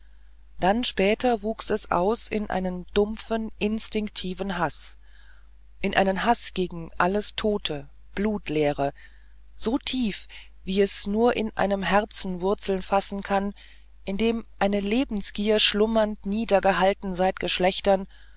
dann später wuchs es aus in einen dumpfen instinktiven haß in einem haß gegen alles tote blutleere so tief wie es nur in einem herzen wurzel fassen kann in dem eine lebensgier schlummernd niedergehalten seit geschlechtern